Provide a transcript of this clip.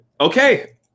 okay